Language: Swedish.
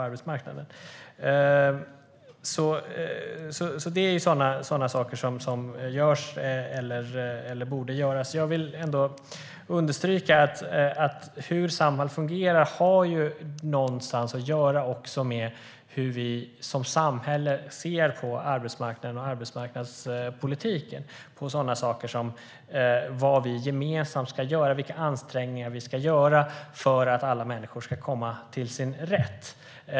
Det är sådant som görs eller borde göras. Låt mig understryka att hur Samhall fungerar har att göra med hur vi som samhälle ser på arbetsmarknaden och arbetsmarknadspolitiken, till exempel vilka ansträngningar vi gemensamt ska göra för att alla människor ska komma till sin rätt.